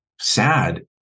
sad